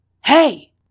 Hey